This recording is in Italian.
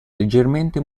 leggermente